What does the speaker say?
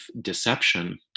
deception